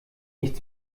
nicht